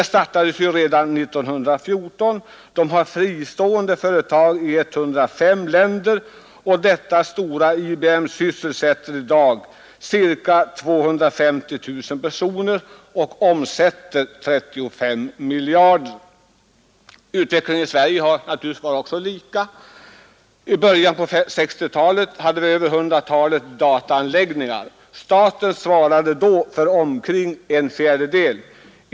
Det startades redan 1914 och har fristående företag i 105 länder, och detta stora IBM sysselsätter i dag ca Utvecklingen i Sverige har naturligtvis varit likadan. I början hade vi över hundratalet dataanläggningar. Staten svarade då för omkring en fjärdedel.